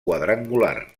quadrangular